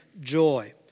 joy